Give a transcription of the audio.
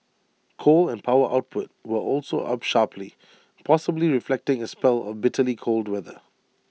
coal and power output were also up sharply possibly reflecting A spell of bitterly cold weather